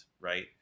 right